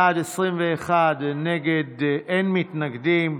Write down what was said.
ההצעה להעביר את הצעת חוק הנכים (תגמולים ושיקום)